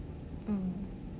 mm